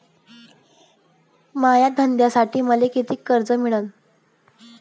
माया धंद्यासाठी मले कितीक कर्ज मिळनं?